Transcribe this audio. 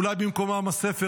אולי במקום עם הספר,